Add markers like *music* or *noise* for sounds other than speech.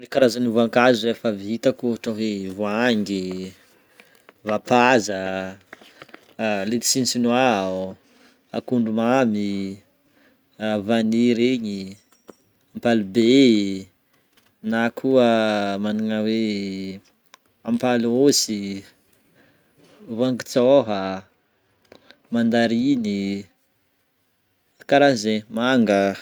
Karazan'ny vonkazo izay efa avy itako ôhatra hoe voangy, vapaza, *hesitation* letchi sinoa, akondro mamy, *hesitation* vany regny, ampalibe na koa magnana hoe *hesitation* ampalôsy, voangy tsôha, mandariny, karahan'zay, manga.